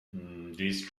these